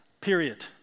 period